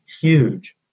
huge